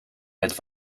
met